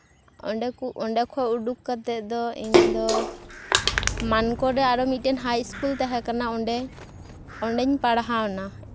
ᱚᱸᱰᱮ ᱠᱩ ᱚᱸᱰᱮ ᱠᱷᱚᱡ ᱩᱰᱩᱠ ᱠᱟᱛᱮᱫᱚ ᱤᱧᱫᱚ ᱢᱟᱱᱠᱚᱨ ᱨᱮ ᱟᱨᱚ ᱢᱤᱫᱴᱮᱱ ᱦᱟᱭ ᱤᱥᱠᱩᱞ ᱛᱟᱦᱮᱸᱠᱟᱱᱟ ᱚᱸᱰᱮᱧ ᱯᱟᱲᱦᱟᱣᱱᱟ